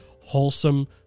wholesome